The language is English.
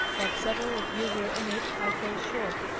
that several of you were in it, i feel sure.